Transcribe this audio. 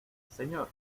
señor